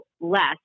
less